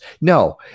No